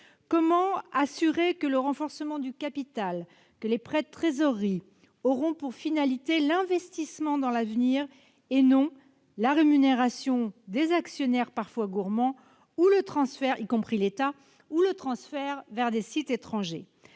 Comment assurer que le renforcement du capital et les prêts de trésorerie auront pour finalité l'investissement dans l'avenir, et non la rémunération des actionnaires- y compris l'État -, parfois gourmands, ou le transfert vers des sites étrangers ?